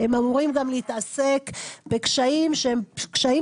הם אמורים גם להתעסק בקשיים שהם קשיים